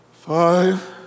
Five